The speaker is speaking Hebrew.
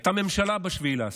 הייתה ממשלה ב-7 באוקטובר,